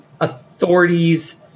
authorities